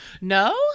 No